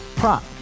Prop